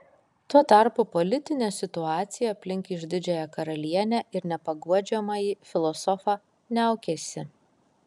tuo tarpu politinė situacija aplink išdidžiąją karalienę ir nepaguodžiamąjį filosofą niaukėsi